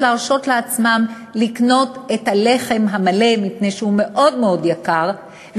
להרשות לעצמן לקנות את הלחם המלא מפני שהוא מאוד מאוד יקר,